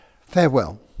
Farewell